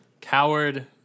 Coward